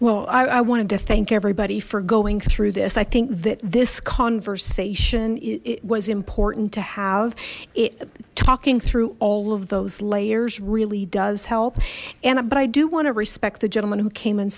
well i wanted to thank everybody for going through this i think that this conversation it was important to have it talking through all of those layers really does help and but i do want to respect the gentleman who came and